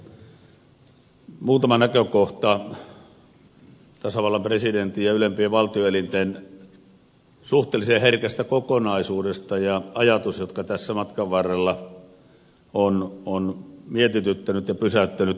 muutama näkökohta tasavallan presidentin ja ylempien valtioelinten suhteellisen herkästä kokonaisuudesta ja ajatus joka tässä matkan varrella on mietityttänyt ja pysäyttänyt